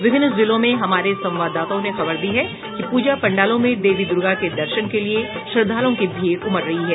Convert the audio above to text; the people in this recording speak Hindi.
विभिन्न जिलों में हमारे संवाददाताओं ने खबर दी है कि पूजा पंडालों में देवी दुर्गा के दर्शन के लिये श्रद्धालुओं की भीड़ उमड़ रही है